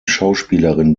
schauspielerin